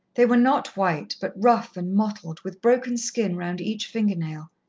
they were not white, but rough and mottled, with broken skin round each finger-nail.